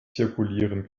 zirkulieren